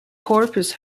corpus